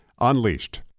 unleashed